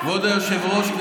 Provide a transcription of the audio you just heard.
כבוד היושב-ראש,